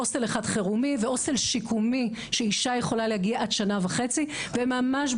הוסטל אחד חירומי והוסטל שיקומי שאישה יכולה להגיע עד שנה וחצי וממש,